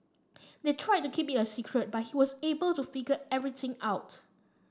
they tried to keep it a secret but he was able to figure everything out